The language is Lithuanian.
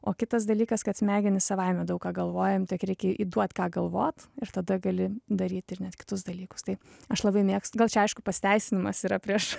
o kitas dalykas kad smegenys savaime daug ką galvoja tik reikia duot ką galvot ir tada gali daryti ir nes kitus dalykus tai aš labai mėgstu gal čia aišku pasiteisinimas yra prieš